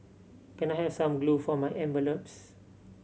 can I have some glue for my envelopes